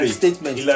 statement